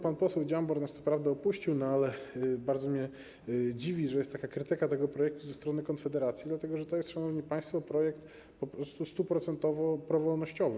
Pan poseł Dziambor nas co prawda opuścił, ale bardzo mnie dziwi, że jest taka krytyka tego projektu ze strony Konfederacji, dlatego że to jest, szanowni państwo, projekt po prostu 100-procentowo prowolnościowy.